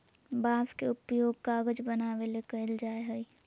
बांस के उपयोग कागज बनावे ले कइल जाय हइ